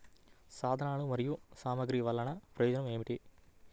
సాధనాలు మరియు సామగ్రి వల్లన ప్రయోజనం ఏమిటీ?